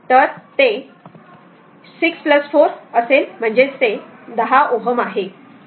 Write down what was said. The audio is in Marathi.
तर ते 6 4 असेल म्हणजे ते 10 Ω आहे